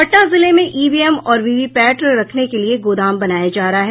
पटना जिले मे ईवीएम और वीवीपैट रखने के लिए गोदाम बनाया जा रहा है